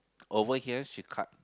over here she cut